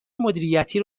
مدیریتی